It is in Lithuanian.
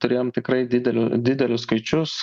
turėjom tikrai dideliu didelius skaičius